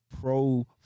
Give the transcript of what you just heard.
pro